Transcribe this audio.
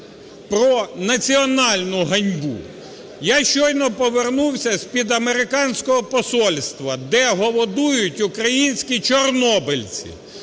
про національну ганьбу. Я щойно повернувся з-під американського посольства, де голодують українські чорнобильці,